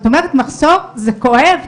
כשאת אומרת 'מחסור' אז זה כואב,